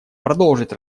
продолжить